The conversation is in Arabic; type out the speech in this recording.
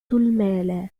المال